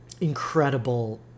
incredible